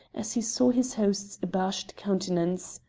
as he saw his host's abashed countenance.